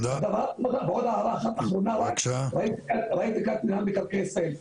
עוד הערה אחת אחרונה ראיתי כאן את רשות מקרקעי ישראל,